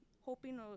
hoping